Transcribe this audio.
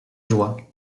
joie